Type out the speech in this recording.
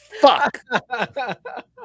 fuck